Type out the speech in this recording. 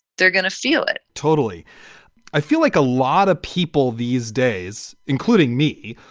they're going to feel it totally i feel like a lot of people these days, including me,